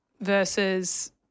versus